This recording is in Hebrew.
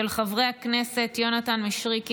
של חברי הכנסת יונתן מישרקי,